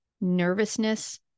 nervousness